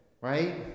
right